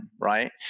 right